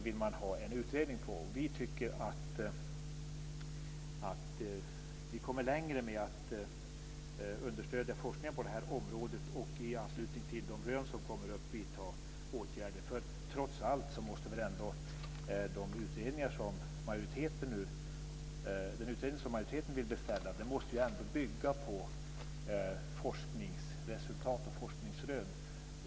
Vi tycker att man kommer längre med att understödja forskningen på området och i anslutning till de rön som kommer upp vidta åtgärder. Trots allt så måste ju den utredning som majoriteten nu vill beställa bygga på forskningsresultat och forskningsrön.